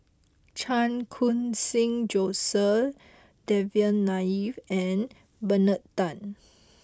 Chan Khun Sing Joseph Devan Nair and Bernard Tan